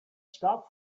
stop